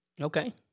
Okay